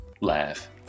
laugh